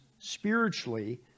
spiritually